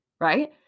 right